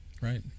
Right